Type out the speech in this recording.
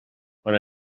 quan